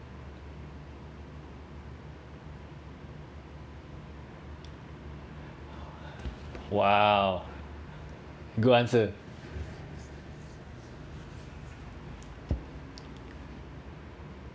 !wow! good answer